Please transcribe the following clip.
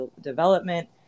development